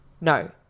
No